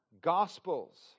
gospels